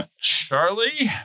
Charlie